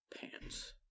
Pants